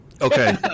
Okay